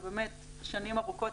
ובאמת שנים ארוכות,